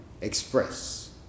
express